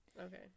Okay